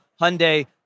Hyundai